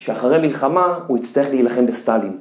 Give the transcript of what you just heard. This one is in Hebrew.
שאחרי המלחמה הוא יצטרך להילחם בסטאלין